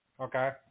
Okay